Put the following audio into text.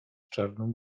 czarną